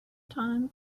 time